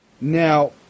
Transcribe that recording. Now